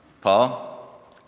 Paul